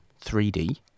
3D